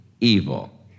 evil